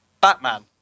Batman